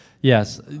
Yes